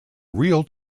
real